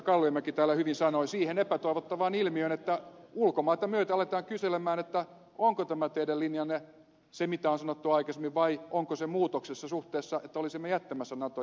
kalliomäki täällä hyvin sanoi siihen epätoivottavaan ilmiöön että ulkomaita myöten aletaan kysellä onko tämä teidän linjanne se mitä on sanottu aikaisemmin vai onko se muutoksessa siinä suhteessa että olisimme jättämässä nato jäsenhakemusta